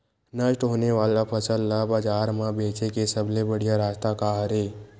नष्ट होने वाला फसल ला बाजार मा बेचे के सबले बढ़िया रास्ता का हरे?